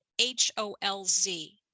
H-O-L-Z